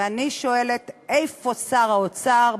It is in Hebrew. ואני שואלת, איפה שר האוצר?